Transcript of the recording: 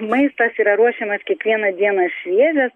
maistas yra ruošiamas kiekvieną dieną šviežias